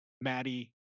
Maddie